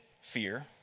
fear